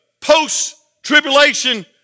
post-tribulation